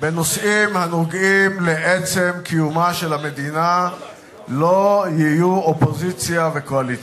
בנושאים הנוגעים לעצם קיומה של המדינה לא יהיו אופוזיציה וקואליציה,